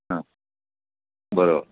हां बरं